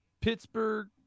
Pittsburgh